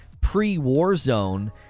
pre-Warzone